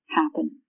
happen